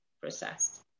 processed